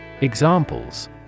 Examples